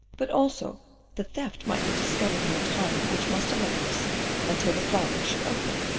but also the theft might be discovered in the time which must elapse until the flower should open.